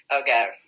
Okay